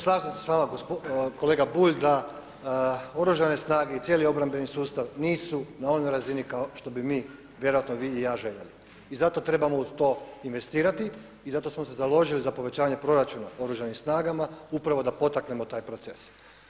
Slažem se sa vama kolega Bulj da Oružane snage i cijeli obrambeni sustav nisu ona onoj razini kao što bi mi vjerojatno vi i ja željeli i zato trebamo u to investirati i zato smo se založiti za povećanje proračuna Oružanim snagama upravo da potaknemo taj proces.